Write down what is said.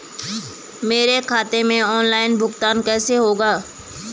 मेरे खाते में ऑनलाइन भुगतान कैसे होगा?